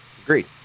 Agreed